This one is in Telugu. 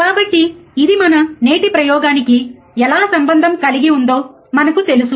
కాబట్టి ఇది మన నేటి ప్రయోగానికి ఎలా సంబంధం కలిగి ఉందో మనకు తెలుసు